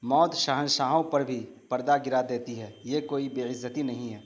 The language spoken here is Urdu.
موت شہنشاہوں پر بھی پردہ گرا دیتی ہے یہ کوئی بےعزتی نہیں ہے